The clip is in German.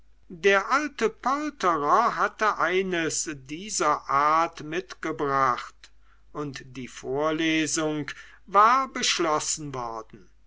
der alte polterer hatte eines dieser art mitgebracht und die vorlesung war beschlossen worden